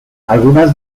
algunas